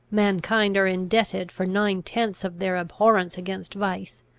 mankind are indebted for nine tenths of their abhorrence against vice,